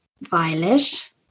Violet